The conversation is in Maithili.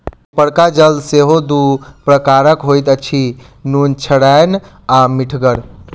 उपरका जल सेहो दू प्रकारक होइत अछि, नुनछड़ैन आ मीठगर